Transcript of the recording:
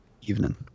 Evening